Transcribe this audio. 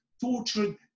tortured